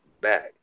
back